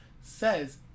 says